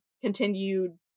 continued